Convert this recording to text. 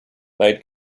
made